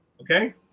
okay